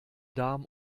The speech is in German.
darm